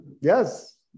Yes